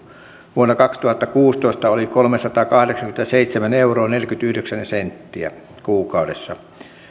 vuonna kaksituhattakuusitoista oli kolmesataakahdeksankymmentäseitsemän euroa neljäkymmentäyhdeksän senttiä kuukaudessa